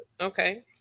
Okay